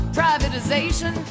privatization